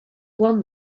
one